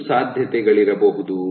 ಎಷ್ಟು ಸಾಧ್ಯತೆಗಳಿರಬಹುದು